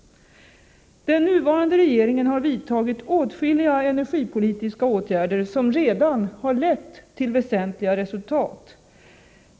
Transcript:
Den nuvarande regeringen har vidtagit åtskilliga energipolitiska åtgärder som redan har lett till väsentliga resultat.